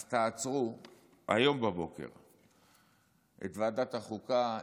אז תעצרו היום בבוקר את ועדת החוקה,